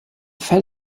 fell